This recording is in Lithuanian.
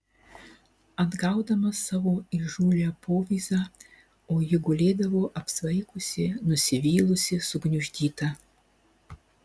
atgaudamas savo įžūlią povyzą o ji gulėdavo apsvaigusi nusivylusi sugniuždyta